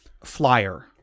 flyer